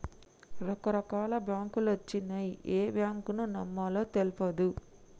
రకరకాల బాంకులొచ్చినయ్, ఏ బాంకును నమ్మాలో తెల్వదు